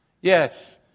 Yes